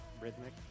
rhythmic